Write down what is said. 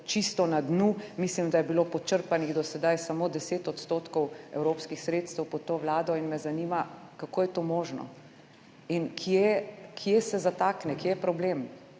čisto na dnu. Mislim, da je bilo počrpanih do sedaj samo 10 odstotkov evropskih sredstev pod to vlado. Zanima me, kako je to možno in kje se zatakne, kje je problem.